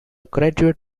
graduate